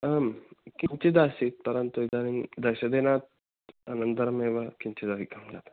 आम् किञ्चिदासीत् परन्तु इदानीं दशदिनम् अनन्तरमेव किञ्चित् अधिकं जातम्